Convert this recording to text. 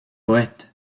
poète